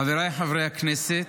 חבריי חברי הכנסת,